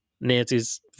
Nancy's